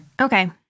Okay